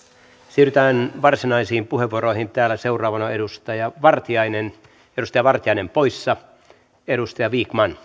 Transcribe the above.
siirrytään varsinaisiin puheenvuoroihin täällä seuraavana edustaja vartiainen edustaja vartiainen poissa edustaja vikman